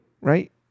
right